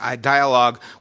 dialogue